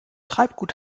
treibgut